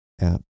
app